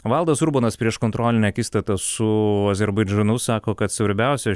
valdas urbonas prieš kontrolinę akistatą su azerbaidžanu sako kad svarbiausios